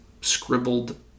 scribbled